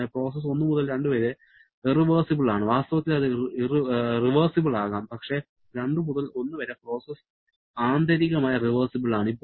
അതിനാൽ പ്രോസസ്സ് 1 മുതൽ 2 വരെ ഇറവെഴ്സിബിൾ ആണ് വാസ്തവത്തിൽ അത് റിവേർസിബിൾ ആകാം പക്ഷേ 2 മുതൽ 1 വരെ പ്രോസസ്സ് ആന്തരികമായി റിവേർസിബിൾ ആണ്